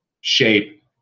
shape